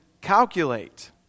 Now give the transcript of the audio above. calculate